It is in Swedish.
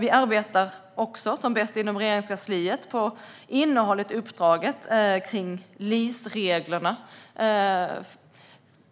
Inom Regeringskansliet arbetar vi också som bäst med innehållet i uppdraget kring LIS-reglerna.